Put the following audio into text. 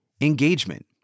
engagement